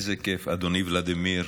איזה כיף, אדוני ולדימיר,